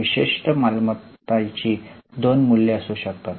विशिष्ट मालमत्तेची दोन मूल्ये असू शकतात